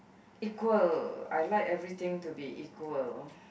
equal I like everything to be equal